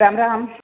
Ram Ram